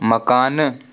مکانہٕ